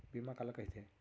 बीमा काला कइथे?